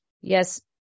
Yes